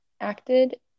acted